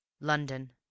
London